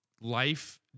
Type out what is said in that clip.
life